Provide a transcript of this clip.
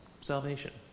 salvation